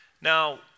Now